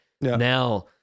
Now